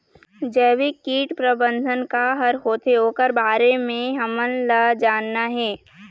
जैविक कीट प्रबंधन का हर होथे ओकर बारे मे हमन ला जानना हे?